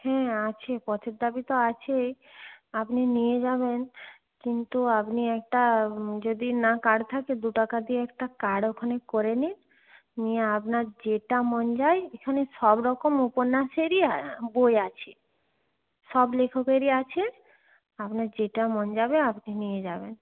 হ্যাঁ আছে পথের দাবি তো আছেই আপনি নিয়ে যাবেন কিন্তু আপনি একটা যদি না কার্ড থাকে দু টাকা দিয়ে একটা কার্ড ওখানে করে নিন নিয়ে আপনার যেটা মন যায় এখানে সব রকম উপন্যাসেরই আ বই আছে সব লেখকেরই আছে আপনার যেটা মন যাবে আপনি নিয়ে যাবেন